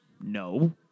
No